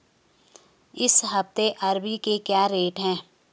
इस हफ्ते अरबी के क्या रेट हैं?